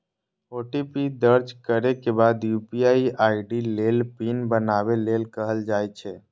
OTP दर्ज करै के बाद यू.पी.आई आई.डी लेल पिन बनाबै लेल कहल जाइ छै